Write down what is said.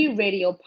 radio